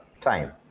time